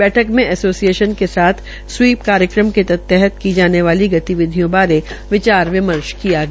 बैठक में ऐसोसिएशन के साथ स्वीप कार्यक्रम के तहत की जाने वाली गतिविधियों विचार विमर्श किया गया